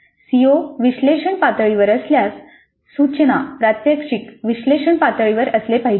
CO 'विश्लेषण' पातळीवर असल्यास सूचना प्रात्यक्षिक 'विश्लेषण' पातळीवर असले पाहिजे